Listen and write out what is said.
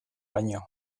baino